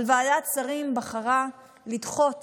אבל ועדת שרים בחרה לדחות